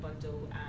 bundle